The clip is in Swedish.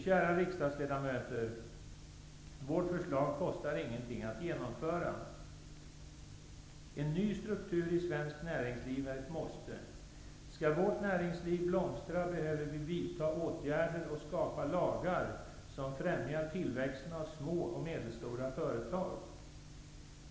Kära riksdagsledamöter! Vårt förslag kostar ingenting att genomföra. En ny struktur i svenskt näringsliv är ett måste. Skall vårt näringsliv blomstra behöver vi vidta åtgärder och skapa lagar som främjar tillväxten av små och medelstora företag.